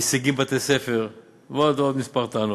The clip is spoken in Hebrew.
הישגים בבתי-ספר ועוד ועוד טענות.